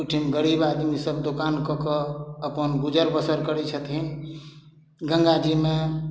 ओहिठाम गरीब आदमी सब दोकान कऽ कऽ अपन गुजर बसर करै छथिन गङ्गाजीमे